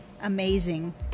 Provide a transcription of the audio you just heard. amazing